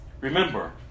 Remember